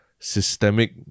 systemic